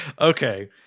Okay